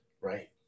right